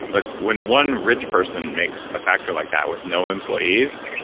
look, when one rich person makes a factory like that with no employees,